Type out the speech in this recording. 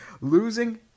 losing